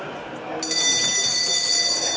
Tak.